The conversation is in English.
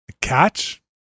Catch